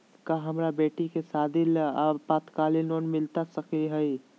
का हमरा बेटी के सादी ला अल्पकालिक लोन मिलता सकली हई?